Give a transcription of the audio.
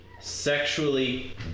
sexually